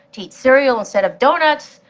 to eat cereal instead of donuts,